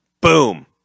Boom